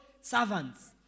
servants